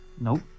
Nope